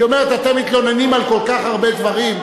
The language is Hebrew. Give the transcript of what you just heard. כי היא אומרת: אתם מתלוננים על כל כך הרבה דברים,